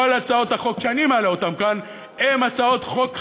לכן כל הצעות החוק שאני מעלה כאן הן הצעות חוק חלוקתיות.